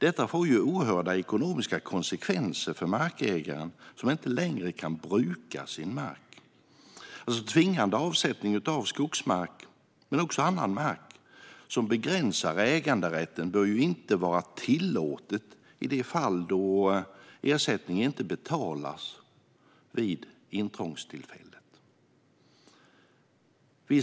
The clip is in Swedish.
Detta får oerhörda ekonomiska konsekvenser för markägaren, som inte längre kan bruka sin mark. Tvingande avsättning som begränsar äganderätten till skogsmark men också annan mark bör inte vara tillåten i de fall då ersättning inte betalas ut vid intrångstillfället.